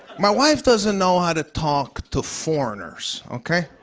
my wife doesn't know how to talk to foreigners. okay?